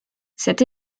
cette